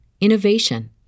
innovation